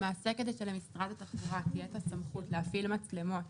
למעשה כדי שלמשרד התחבורה תהיה את הסמכות להפעיל מצלמות